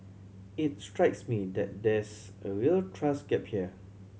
it strikes me that there's a real trust gap here